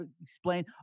explain